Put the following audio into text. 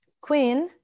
Queen